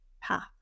path